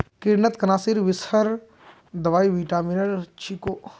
कृन्तकनाशीर विषहर दवाई विटामिनेर छिको